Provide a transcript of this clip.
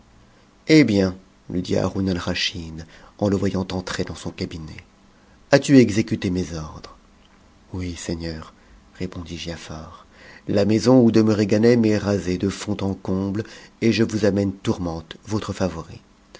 hé bien lui dit haroun alraschid en le voyant entrer dans son cabinet as-tu exécute mes ordres oui seigneur répondit giafar la maison où demeurait ganem est rasée de fond en comble et je vous amène tourmente votre favorite